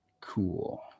Cool